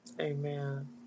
Amen